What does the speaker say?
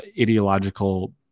ideological